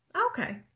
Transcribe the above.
Okay